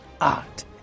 art